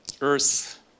earth